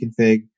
config